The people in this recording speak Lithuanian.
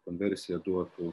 konversija duotų